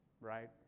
right